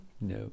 No